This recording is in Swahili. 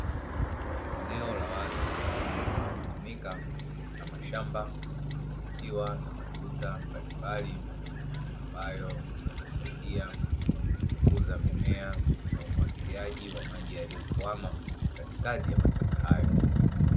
Eneo la wazi linalotumika kama shamba, likiwa na matunda mbalimbali, ambayo yanasaidia kukuza mimea na umwagiliaji wa maji yaliyotuama katikati ya matunda hayo.